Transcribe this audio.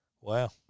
Wow